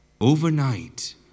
Overnight